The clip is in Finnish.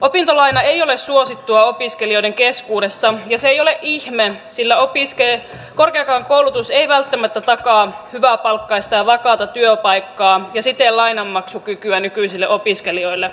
opintolaina ei ole suosittua opiskelijoiden keskuudessa ja se ei ole ihme sillä korkeakaan koulutus ei välttämättä takaa hyväpalkkaista ja vakaata työpaikkaa ja siten lainanmaksukykyä nykyisille opiskelijoille